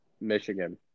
Michigan